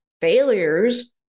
failures